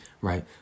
right